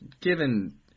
given